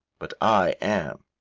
but i am.